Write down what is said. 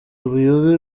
ubuyobe